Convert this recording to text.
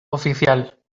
oficial